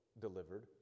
delivered